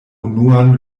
unuan